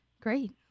Great